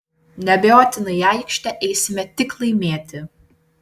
neabejotinai į aikštę eisime tik laimėti